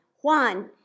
Juan